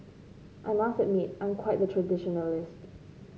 I must admit I'm quite the traditionalist